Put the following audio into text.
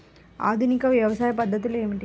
ఆధునిక వ్యవసాయ పద్ధతులు ఏమిటి?